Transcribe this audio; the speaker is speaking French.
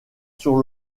sur